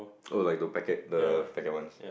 oh like the packet the packet ones